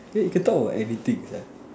eh you can talk about anything sia